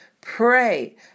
pray